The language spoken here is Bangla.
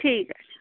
ঠিক আছে